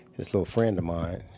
this little friend of mine,